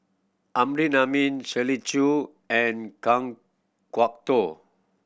Amrin Amin Shirley Chew and Kan Kwok Toh